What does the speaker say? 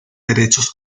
derechos